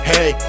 Hey